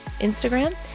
Instagram